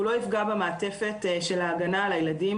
שהוא לא יפגע במעטפת של ההגנה על הילדים